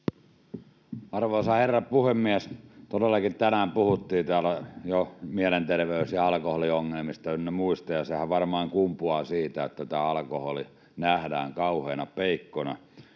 Arvoisa herra puhemies! Tänään todellakin puhuttiin jo mielenterveys- ja alkoholiongelmista ynnä muista, ja sehän varmaan kumpuaa siitä, että alkoholi nähdään kauheana peikkona.